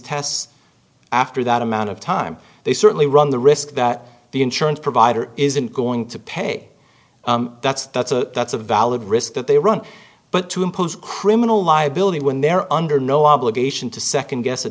tests after that amount of time they certainly run the risk that the insurance provider isn't going to pay that's that's a that's a valid risk that they run but to impose criminal liability when they're under no obligation to second guess a